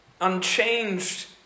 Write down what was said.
Unchanged